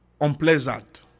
unpleasant